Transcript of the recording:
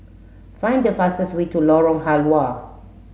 find the fastest way to Lorong Halwa